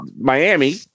Miami